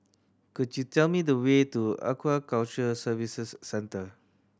could you tell me the way to Aquaculture Services Centre